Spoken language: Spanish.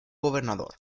gobernador